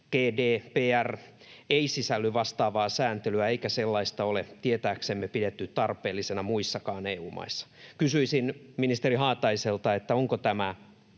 (GDPR) ei sisälly vastaavaa sääntelyä, eikä sellaista ole tietääksemme pidetty tarpeellisena muissakaan EU-maissa.” Kysyisin ministeri Haataiselta: Onko tämä